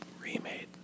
Remade